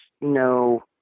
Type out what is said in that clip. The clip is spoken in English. no